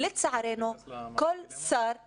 לצערנו, כל שר בא,